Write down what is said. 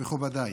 מכובדיי,